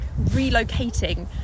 relocating